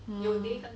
um